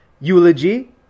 eulogy